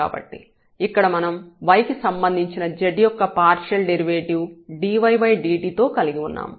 కాబట్టి ఇక్కడ మనం y కి సంబంధించిన z యొక్క పార్షియల్ డెరివేటివ్ dydt తో కలిగి ఉంటాము